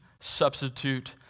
substitute